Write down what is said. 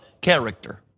character